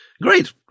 Great